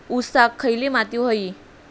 ऊसाक खयली माती व्हयी?